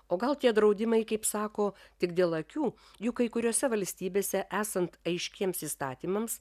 o gal tie draudimai kaip sako tik dėl akių juk kai kuriose valstybėse esant aiškiems įstatymams